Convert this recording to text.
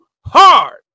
hard